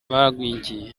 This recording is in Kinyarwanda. bagwingiye